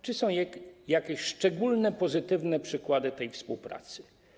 Czy są jakieś szczególne pozytywne przykłady tej współpracy?